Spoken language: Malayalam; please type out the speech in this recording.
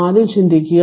ആദ്യം ചിന്തിക്കുക